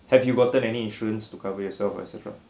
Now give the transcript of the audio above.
have you gotten any insurance to cover yourself etcetera